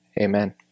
amen